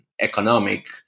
economic-